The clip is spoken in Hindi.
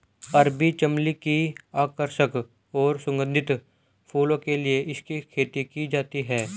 अरबी चमली की आकर्षक और सुगंधित फूलों के लिए इसकी खेती की जाती है